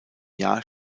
jahr